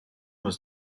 was